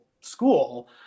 school